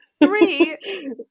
Three